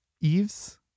eves